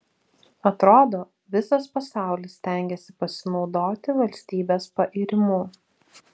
atrodo visas pasaulis stengiasi pasinaudoti valstybės pairimu